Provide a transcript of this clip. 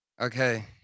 Okay